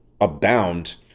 abound